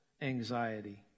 anxiety